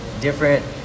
different